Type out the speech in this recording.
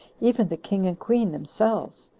even the king and queen themselves.